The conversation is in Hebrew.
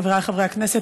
חברי חברי הכנסת,